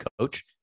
coach